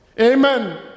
amen